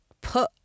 put